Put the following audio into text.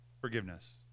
forgiveness